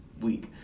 week